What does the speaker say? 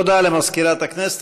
תודה למזכירת הכנסת.